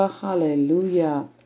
Hallelujah